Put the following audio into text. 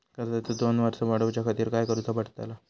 कर्जाची दोन वर्सा वाढवच्याखाती काय करुचा पडताला?